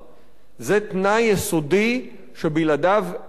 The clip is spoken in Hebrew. זה תנאי יסודי שבלעדיו אין דמוקרטיה,